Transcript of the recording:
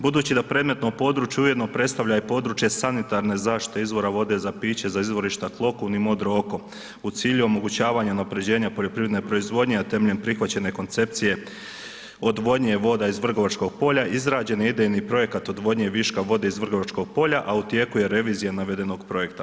Budući da predmetno područje ujedno predstavlja i područje sanitarne zaštite izvora vode za piće za izvorišta Klokun i Modro oko u cilju omogućavanja unapređenja poljoprivredne proizvodnje a temeljem prihvaćene koncepcije odvodnje voda iz vrgoračkog polja izrađen je idejni projekat odvodnje viška vode iz Vrgoračkog polja a tijeku je revizija navedenog projekta.